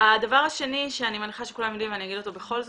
הדבר השני שאני מניחה שכולם יודעים ואני אגיד אותו בכל זאת,